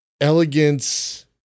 elegance